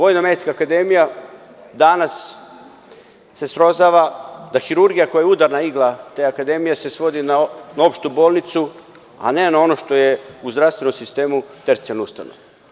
Ona se danas srozava da hirurgija koja je udarna igla te akademije se svodi na opštu bolnicu, a ne na ono što je u zdravstvenom sistemu tercijalna ustanova.